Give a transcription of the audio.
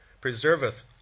preserveth